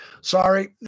Sorry